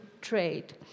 trade